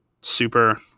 super